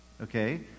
okay